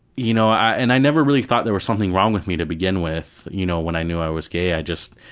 you know and i never really thought there was something wrong with me to begin with you know when i knew i was gay i was